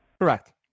Correct